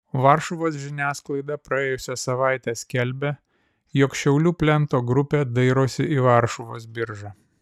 varšuvos žiniasklaida praėjusią savaitę skelbė jog šiaulių plento grupė dairosi į varšuvos biržą